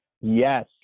Yes